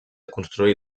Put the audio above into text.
construir